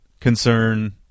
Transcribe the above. concern